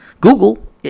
Google